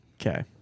Okay